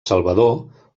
salvador